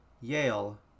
yale